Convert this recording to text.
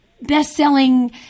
best-selling